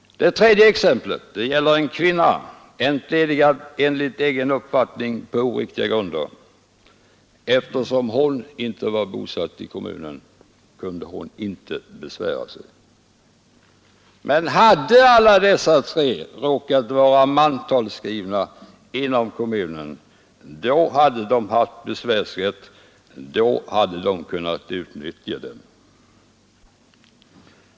Det tredje exemplet gäller en kvinna, entledigad enligt egen uppfattning på oriktiga grunder. Eftersom hon inte var bosatt i kommunen kunde hon inte besvära sig. Hade alla dessa tre råkat vara mantalsskrivna inom kommunen — då hade de haft besvärsrätt, då hade de kunnat utnyttja den.